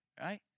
right